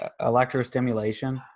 electrostimulation